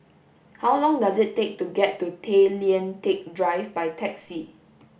how long does it take to get to Tay Lian Teck Drive by taxi